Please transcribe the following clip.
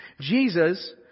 Jesus